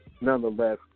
nonetheless